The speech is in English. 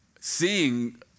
seeing